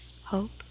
hope